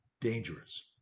dangerous